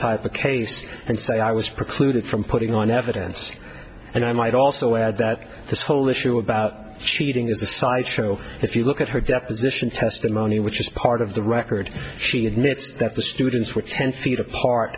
type of case and say i was precluded from putting on evidence and i might also add that this whole issue about cheating is a side show if you look at her deposition testimony which is part of the record she admits that the students were ten feet apart